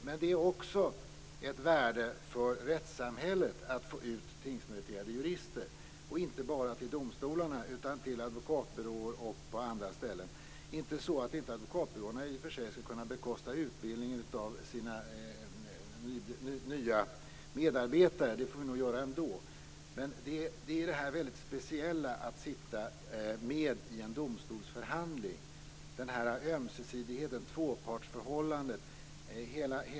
Men det är också ett värde för rättssamhället att få ut tingsmeriterade jurister, inte bara till domstolarna utan också till advokatbyråer och andra ställen. Det är inte så att advokatbyråerna i och för sig inte skulle kunna bekosta utbildningen av sina nya medarbetare. Nu är det så att vi får väl göra det ändå. Det handlar om det väldigt speciella att få sitta med i en domstolsförhandling, ömsesidigheten, tvåpartsförhållandet.